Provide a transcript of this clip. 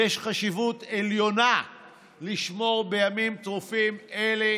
ויש חשיבות עליונה לשמור בימים טרופים אלה